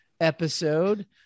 episode